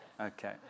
Okay